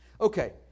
Okay